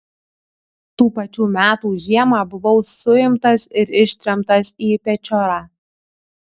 tų pačių metų žiemą buvau suimtas ir ištremtas į pečiorą